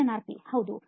ಸಂದರ್ಶನಾರ್ಥಿಹೌದು